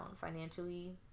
financially